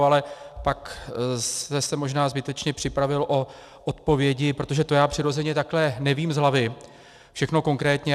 Ale pak jste se možná zbytečně připravil o odpovědi, protože to já přirozeně takhle nevím z hlavy všechno konkrétně.